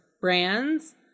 brands